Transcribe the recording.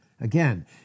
again